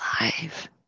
alive